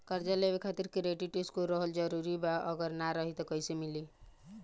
कर्जा लेवे खातिर क्रेडिट स्कोर रहल जरूरी बा अगर ना रही त कैसे मिली?